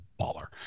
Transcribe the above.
baller